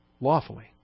lawfully